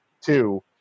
two